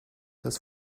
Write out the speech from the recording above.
dass